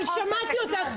רגע, אבל שמעתי אותך.